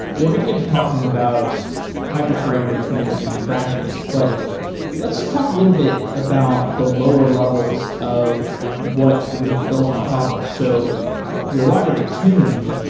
we're going to get to talking about hyperparameter tuning in practice. but let's talk a little bit about the lower levels of what you have built on top of. so your library, tune,